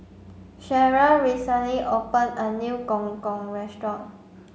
Cheryll recently opened a new Gong Gong restaurant